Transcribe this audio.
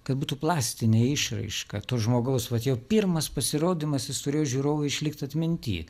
kad būtų plastinė išraiška to žmogaus vat jau pirmas pasirodymas jis turėjo žiūrovui išlikt atminty